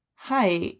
Hi